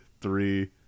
three